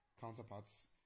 counterparts